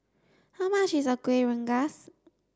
how much is a Kuih Rengas